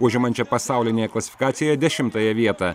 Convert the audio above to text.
užimančią pasaulinėje klasifikacijoje dešimtąją vietą